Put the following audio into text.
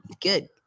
Good